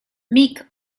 meek